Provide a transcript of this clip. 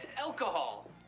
alcohol